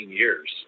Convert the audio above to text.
years